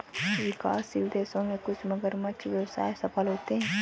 विकासशील देशों में कुछ मगरमच्छ व्यवसाय सफल होते हैं